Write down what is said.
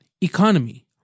Economy